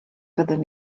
fyddwn